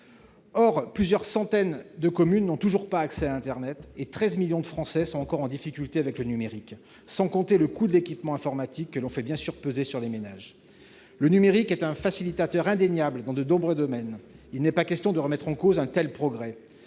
Or plusieurs centaines de communes n'ont toujours pas accès à internet et 13 millions de Français sont encore en difficulté avec le numérique, sans compter le coût de l'équipement informatique, que l'on fait bien sûr peser sur les ménages. Le numérique est un facilitateur indéniable dans de nombreux domaines : il n'est pas question de remettre en cause un tel progrès.